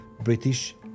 British